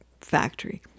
factory